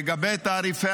לגבי תעריפי